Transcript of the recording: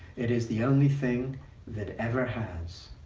it is the only thing that ever has.